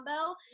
combo